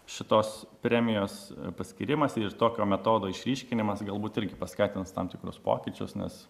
šitos premijos paskyrimas ir tokio metodo išryškinimas galbūt irgi paskatins tam tikrus pokyčius nes